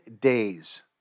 days